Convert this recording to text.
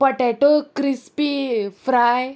potato crispy fry